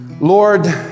Lord